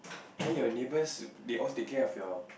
then your neighbours they all take care of your